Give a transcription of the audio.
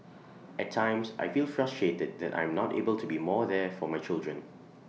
at times I feel frustrated that I'm not able to be more there for my children